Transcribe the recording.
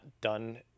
done